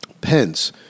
Pence